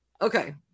Okay